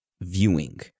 viewing